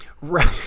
right